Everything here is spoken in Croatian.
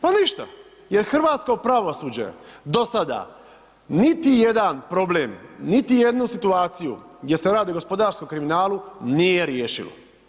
Pa ništa, jer hrvatsko pravosuđe dosada niti jedan problem, niti jednu situaciju gdje se radi o gospodarskom kriminalu nije riješilo.